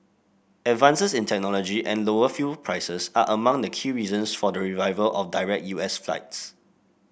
advances in technology and lower fuel prices are among the key reasons for the revival of direct U S flights